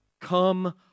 Come